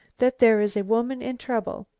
that there is a woman in trouble.